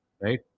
right